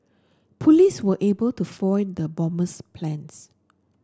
police were able to foil the bomber's plans